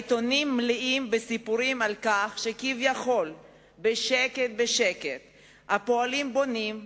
העיתונים מלאים בסיפורים על כך שכביכול בשקט בשקט הפועלים בונים,